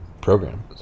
program